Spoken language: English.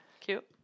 Cute